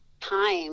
time